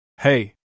Hey